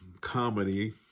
comedy